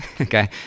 Okay